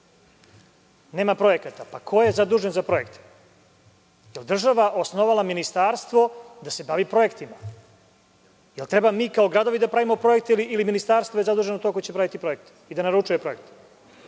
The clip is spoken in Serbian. Nema projekata. Ko je zadužen za projekte? Da li je država osnovala ministarstvo da se bavi projektima? Jel treba mi kao gradovi da pravimo projekte ili je ministarstvo zaduženo za pravljenje projekata i da naručuje projekte?